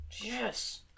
Yes